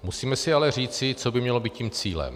Musíme si ale říci, co by mělo být tím cílem.